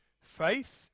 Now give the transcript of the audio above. faith